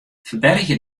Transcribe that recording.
ferbergje